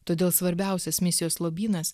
todėl svarbiausias misijos lobynas